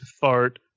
fart